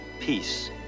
peace